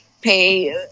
pay